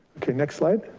okay, next slide.